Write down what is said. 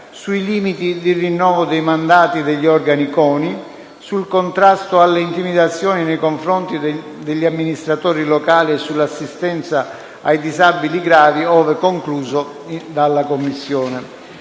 sui limiti di rinnovo dei mandati degli organi CONI, sul contrasto alle intimidazioni nei confronti degli amministratori locali e sull'assistenza ai disabili gravi, ove concluso dalla Commissione.